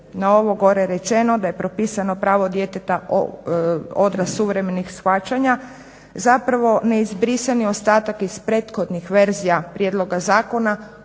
na ovo gore rečeno, da je propisano pravo djeteta odraz suvremenih shvaćanja zapravo neizbrisani ostatak iz prethodnih verzija prijedloga zakona